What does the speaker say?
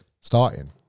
starting